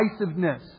divisiveness